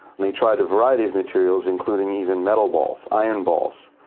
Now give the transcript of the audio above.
and they tried a variety of materials including even metal balls, iron balls,